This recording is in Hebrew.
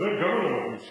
מדבר גם על המחליף שלו.